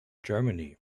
germany